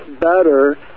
better